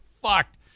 fucked